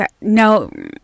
no